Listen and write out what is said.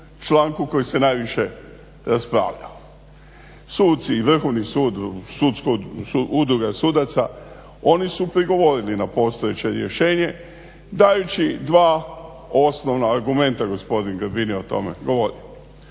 koji se najviše raspravljao, suci i vrhovni sud, udruga sudaca, oni su prigovorili na postojeće rješenje dajući dva osnovna argumenta. Gospodin Grbin je o tome govorio.